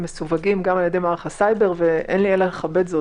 מסווגים גם על-ידי מערך הסייבר ואין לי אלא לכבד את זה.